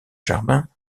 germain